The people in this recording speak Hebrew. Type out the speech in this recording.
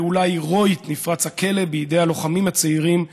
בפעולה הירואית נפרץ הכלא בידי הלוחמים הצעירים,